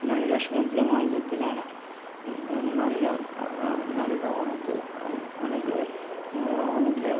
নারীরা সমুদ্রে মাছ ধরতে যায় না নারীরা নারীরা অনেকে অনেকে অনেকে